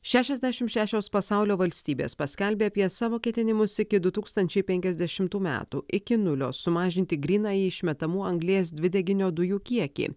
šešiasdešim šešios pasaulio valstybės paskelbė apie savo ketinimus iki du tūkstančiai penkiasdešimtų metų iki nulio sumažinti grynąjį išmetamų anglies dvideginio dujų kiekį